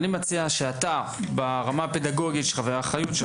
אני מציע שאתה מהרמה הפדגוגית שבה אתה נמצא